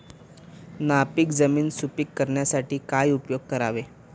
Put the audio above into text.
नापीक जमीन सुपीक करण्यासाठी काय उपयोग करावे?